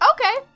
Okay